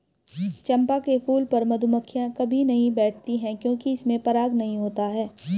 चंपा के फूल पर मधुमक्खियां कभी नहीं बैठती हैं क्योंकि इसमें पराग नहीं होता है